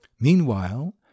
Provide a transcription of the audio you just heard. meanwhile